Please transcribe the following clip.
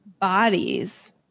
bodies